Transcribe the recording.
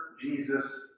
Jesus